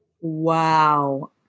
Wow